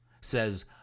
says